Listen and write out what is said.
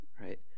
right